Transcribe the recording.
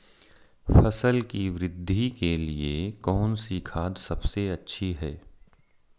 फसल की वृद्धि के लिए कौनसी खाद सबसे अच्छी है?